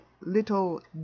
little